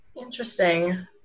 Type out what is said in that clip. Interesting